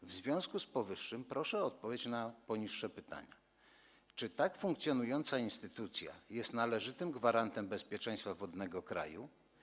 W związku z powyższym proszę o odpowiedź na następujące pytania: Czy tak funkcjonująca instytucja jest należytym gwarantem bezpieczeństwa wodnego kraju?